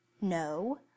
no